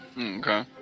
Okay